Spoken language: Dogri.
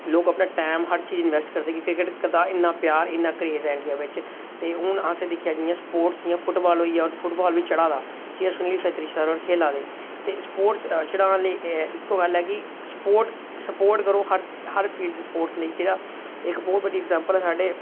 लोक अपना टैम हर चीज इन्वेस्ट करदे क्रिकेट दा इन्ना प्यार इन्ना क्रेज ऐ इंडिया बिच ते ओह् हून अस दिक्खेआ जियां स्पोर्ट्स फुटबाल होई गेआ जियां फुटबाल बी चढ़ा दा जियां सुनील शेत्री सर होर बी खेला दे ते स्पोर्ट्स जेह्ड़ा उन्नै इक्को गल्ल ऐ कि स्पोर्ट स्पोर्ट करो हर फील्ड दी स्पोर्ट्स लेई जेह्ड़ा कि बहुत बड्डी इग्जैम्पल ऐ साढ़ी